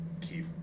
keep